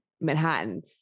Manhattan